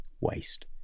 waste